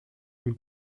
nous